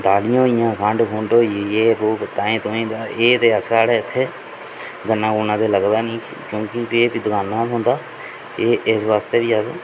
दालियां होई गेइयां खंड खुंड ये वो ताएं ताएं तां एह् ते साढ़े इत्थै गन्ना गुन्ना ते लगदा निं क्योंकि एह् ते दकानां दा थ्होंदा एह् इस वास्तै बी अस